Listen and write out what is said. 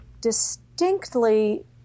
distinctly